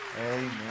Amen